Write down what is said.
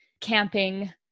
camping